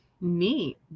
Neat